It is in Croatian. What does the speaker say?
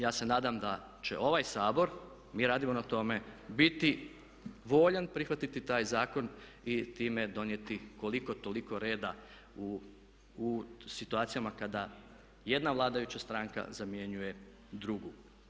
Ja se nadam da će ovaj Sabor, mi radimo na tome, biti voljan prihvatiti taj zakon i time donijeti koliko toliko reda u situacijama kada jedna vladajuća stranka zamjenjuje drugu.